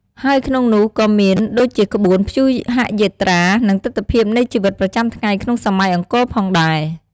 ហើយក្នុងនោះក៏មានដូចជាក្បួនព្យុហយាត្រា និងទិដ្ឋភាពនៃជីវិតប្រចាំថ្ងៃក្នុងសម័យអង្គរផងដែរ។